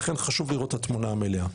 ולכן חשוב לראות את התמונה המלאה.